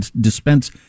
dispense